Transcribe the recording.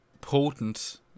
potent